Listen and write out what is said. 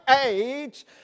age